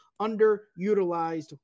underutilized